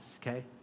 okay